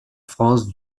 france